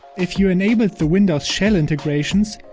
if you've enabled the windows shell integrations,